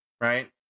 right